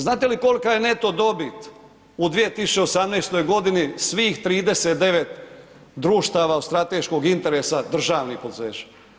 Znate li kolika je neto dobit u 2018. godini svih 39 društava od strateškog interesa državnih poduzeća?